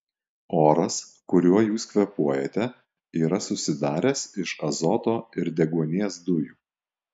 oras kuriuo jūs kvėpuojate yra susidaręs iš azoto ir deguonies dujų